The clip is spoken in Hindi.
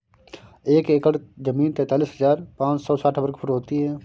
एक एकड़ जमीन तैंतालीस हजार पांच सौ साठ वर्ग फुट होती है